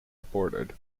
reported